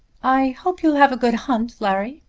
i hope you'll have a good hunt, larry.